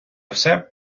все